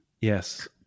Yes